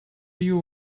you